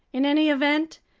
in any event,